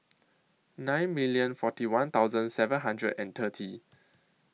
nine minute forty one thousand seven hundred and thirty